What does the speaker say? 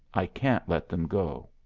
i can't let them go.